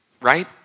right